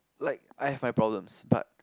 like I have my problems but